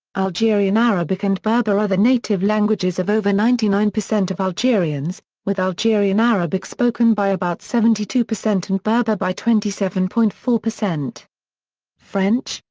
algerian arabic and berber are the native languages of over ninety nine percent of algerians, with algerian arabic spoken by about seventy two percent and berber by twenty seven point four. french,